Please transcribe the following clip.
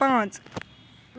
پانٛژھ